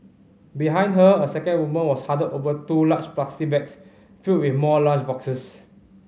behind her a second woman was huddled over two large plastic bags filled with more lunch boxes